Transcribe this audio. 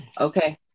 Okay